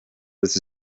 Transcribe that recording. this